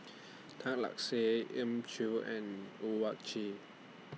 Tan Lark Sye Elim Chew and Owyang Chi